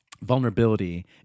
vulnerability